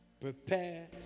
prepare